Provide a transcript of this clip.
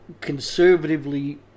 conservatively